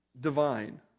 divine